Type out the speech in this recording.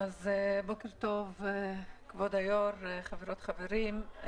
בוקר טוב כבוד היו"ר, חברות וחברים.